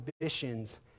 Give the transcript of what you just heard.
ambitions